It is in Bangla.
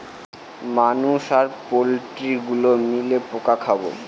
মানুষ আর পোল্ট্রি গুলো মিলে পোকা খাবো